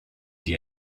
die